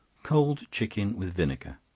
cold chicken with vinegar.